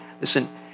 listen